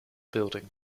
building